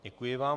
Děkuji vám.